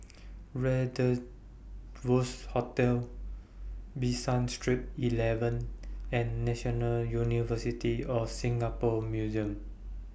Rendezvous Hotel Bishan Street eleven and National University of Singapore Museums